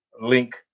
link